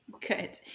Good